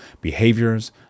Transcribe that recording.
behaviors